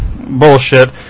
bullshit